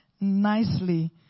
nicely